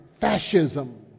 fascism